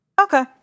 Okay